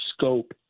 scope